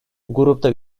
grupta